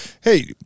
hey –